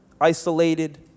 isolated